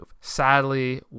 Sadly